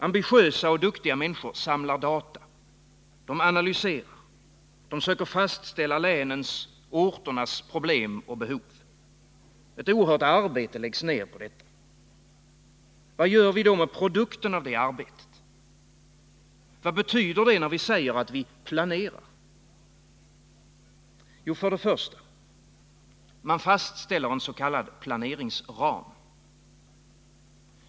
Ambitiösa och duktiga människor samlar data, analyserar och söker fastställa länens och orternas problem och behov. Ett oerhört arbete läggs ner på detta. Vad gör vi då med produkten av det arbetet? Vad betyder det när vi säger att vi ”planerar”? Jo: Till att börja med fastställer man en s.k. planeringsram.